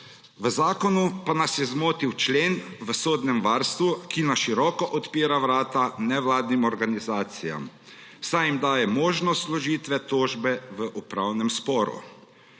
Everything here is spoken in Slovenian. v zakonu pa nas je zmotil člen o sodnem varstvu, ki na široko odpira vrata nevladnim organizacijam, saj jim daje možnost vložitve tožbe v upravnem sporu.